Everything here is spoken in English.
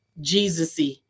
Jesus-y